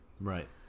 Right